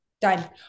Done